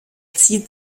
zieht